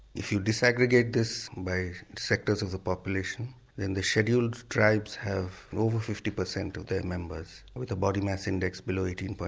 if you disaggregate this by sectors of the population then the scheduled tribes have over fifty percent of their members with a body mass index below eighteen.